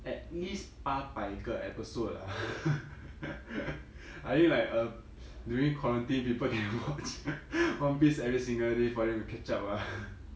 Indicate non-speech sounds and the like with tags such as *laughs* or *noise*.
at least 八百个 episode ah *laughs* I mean like uh during quarantine people can watch *laughs* one piece every single day for them to catch up ah *laughs*